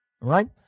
Right